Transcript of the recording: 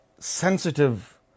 sensitive